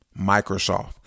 Microsoft